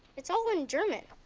it's all in german.